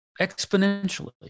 exponentially